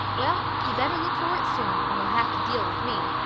well, he'd better look for it soon, or he'll have to deal with me.